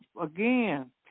again